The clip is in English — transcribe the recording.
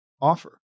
offer